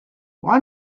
why